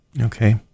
Okay